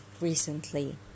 recently